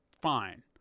fine